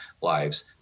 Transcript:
lives